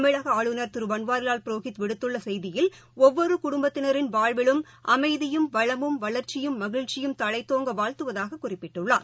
தமிழகஆளுநர் திருபன்வாரிவால் புரோஹித் விடுத்துள்ள செய்தியில் ஒவ்வொருகுடும்பத்தினாின் வாழ்விலும் அமைதியும் வளமும் வளர்ச்சியும் மகிழ்ச்சியும் தழைத்தோங்க வாழ்த்துவதாகக் குறிப்பிட்டுள்ளார்